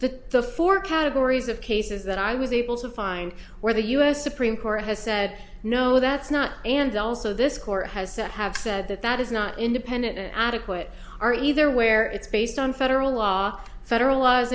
the four categories of cases that i was able to find where the u s supreme court has said no that's not and also this court has said have said that that is not independent adequate are either where it's based on federal law federal laws